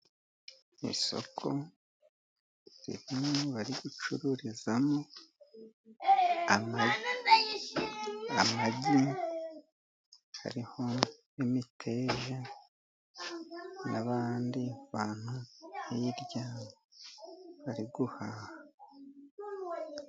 Isoko bari gucururizamo amagi, hari n'imiteja, n'abandi bantu hirya bari guhaha.